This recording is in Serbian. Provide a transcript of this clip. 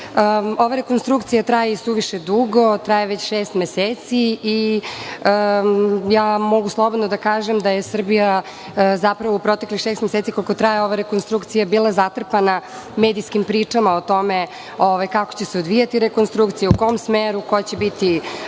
ova rekonstrukcija traje i suviše dugo, traje već šest meseci i mogu slobodno da kažem da je Srbija zapravo u proteklih šest meseci, koliko traje ova rekonstrukcija, bila zatrpana medijskim pričama o tome kako će se odvijati rekonstrukcija, u kom smeru, ko će biti